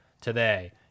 today